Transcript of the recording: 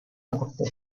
acosté